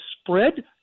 spread